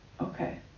okay